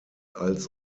als